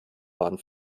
waren